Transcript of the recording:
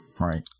Right